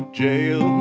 jail